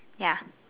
ya